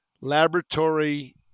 laboratory